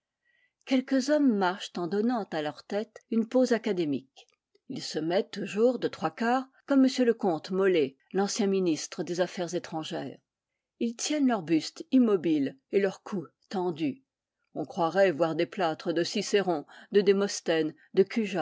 quelques hommes marchent en donnant à leur tête une pose académique ils se mettent toujours de trois quarts comme m le comte mole l'ancien ministre des aff aires étrangères ils tiennent leur buste immobile et leur cou tendu on croirait voir des plâtres de cicéron de démosthènes de cujas